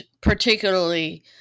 particularly